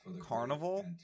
carnival